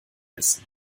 essen